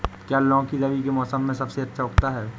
क्या लौकी रबी के मौसम में सबसे अच्छा उगता है?